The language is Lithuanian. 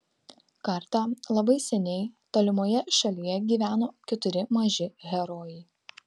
kartą labai seniai tolimoje šalyje gyveno keturi maži herojai